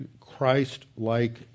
Christ-like